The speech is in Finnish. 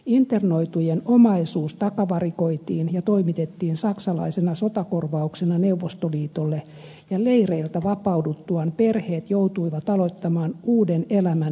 internoitujen omaisuus takavarikoitiin ja toimitettiin saksalaisena sotakorvauksena neuvostoliitolle ja leireiltä vapauduttuaan perheet joutuivat aloittamaan uuden elämän tyhjin käsin